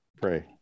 Pray